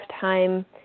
time